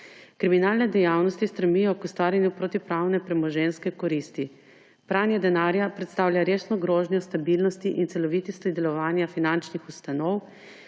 Kriminalne dejavnosti stremijo k ustvarjanju protipravne premoženjske koristi. Pranje denarja predstavlja resno grožnjo stabilnosti in celovitosti delovanja finančnih ustanov,